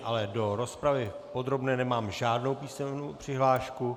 Ale do rozpravy podrobné nemám žádnou písemnou přihlášku.